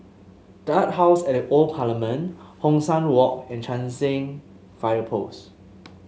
The Art House at The Old Parliament Hong San Walk and Cheng San Fire Post